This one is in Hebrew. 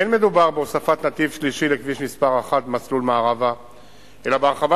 אין מדובר בהוספת נתיב שלישי לכביש מס' 1 במסלול מערבה אלא בהרחבת